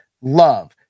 love